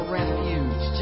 refuge